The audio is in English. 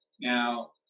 Now